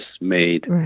made